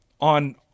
on